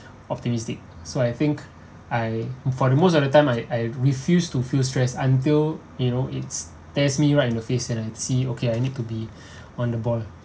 optimistic so I think I for the most of the time I I refuse to feel stress until you know it's stares me right in the face and I see okay I need to be on the ball